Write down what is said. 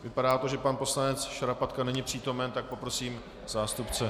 Vypadá to, že pan poslanec Šarapatka není přítomen, tak poprosím zástupce.